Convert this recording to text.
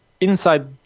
inside